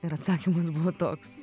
ir atsakymas buvo toks